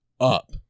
up